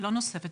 לא נוספת.